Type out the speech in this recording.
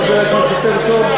חבר הכנסת הרצוג,